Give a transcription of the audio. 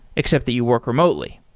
except that you work remotely.